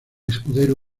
escudero